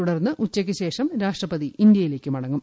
തുടർന്ന് ഉച്ചയ്ക്ക് ശേഷം രാഷ്ട്രപതി ഇന്ത്യയിലേയ്ക്ക് മടങ്ങും